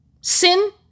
Sin